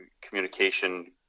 Communication